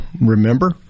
remember